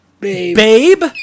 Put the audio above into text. Babe